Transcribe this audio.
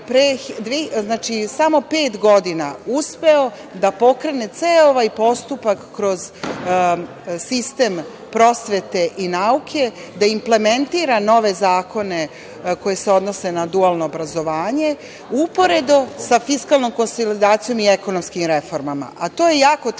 samo pet godina uspeo da pokrene ceo ovaj postupak kroz sistem prosvete i nauke, da implementira nove zakone koji se odnose na dualno obrazovanje uporedo sa fiskalnom konsolidacijom i ekonomskim reformama, a to je jako teško.